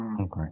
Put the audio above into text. Okay